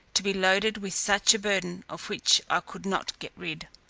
to be loaded with such a burden of which i could not get rid.